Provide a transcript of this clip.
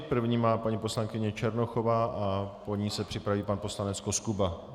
První má paní poslankyně Černochová a po ní se připraví pan poslanec Koskuba.